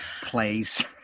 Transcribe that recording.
plays